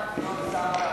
שרים.